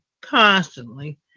constantly